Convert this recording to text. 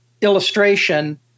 illustration